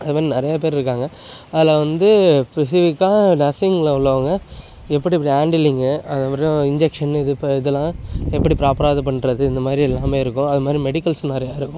அதே மாதிரி நிறைய பேர் இருக்காங்க அதில் வந்து ஸ்பெசிஃபிக்காக நர்ஸிங்கில உள்ளவங்க எப்படி எப்படி ஹாண்டிலிங்கு அது அப்புறோம் இன்ஜெக்ஷனு இது ப இதுல்லாம் எப்படி ப்ராப்பராக இது பண்ணுறது இந்த மாதிரி எல்லாமே இருக்கும் அது மாதிரி மெடிக்கல்ஸ் நிறைய இருக்கும்